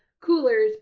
coolers